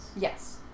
Yes